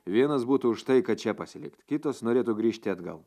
vienos būtų už tai kad čia pasilikt kitos norėtų grįžti atgal